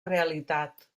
realitat